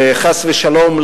חס ושלום,